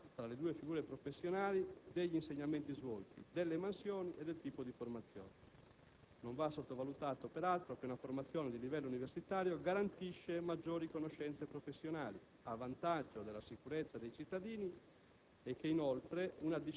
della diversità, fra le due figure professionali, degli insegnamenti svolti, delle mansioni e del tipo di formazione. Non va sottovalutato, peraltro, che una formazione di livello universitario garantisce maggiori conoscenze professionali, a vantaggio della sicurezza dei cittadini